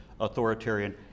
authoritarian